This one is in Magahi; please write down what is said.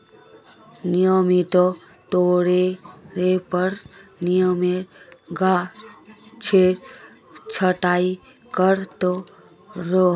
नियमित तौरेर पर नीमेर गाछेर छटाई कर त रोह